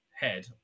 head